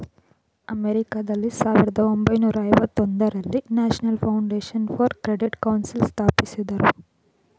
ಅಮೆರಿಕಾದಲ್ಲಿ ಸಾವಿರದ ಒಂಬೈನೂರ ಐವತೊಂದರಲ್ಲಿ National Foundation for Credit Council ಸ್ಥಾಪಿಸಿದರು